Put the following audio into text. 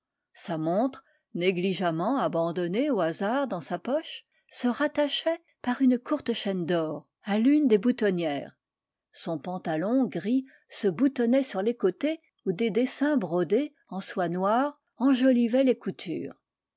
sa montre négligemment abandonnée au hasard dans sa poche se rattachait par une courte chaîne d'or à l'une des a eugénie grandet boutonnières son pantalon ris se boutonnait sur les cotés où des dessins brodés en soie noire enjolivaient les coutures